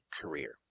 career